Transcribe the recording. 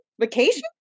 Vacation